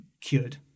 cured